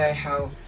ah how